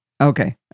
okay